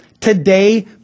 Today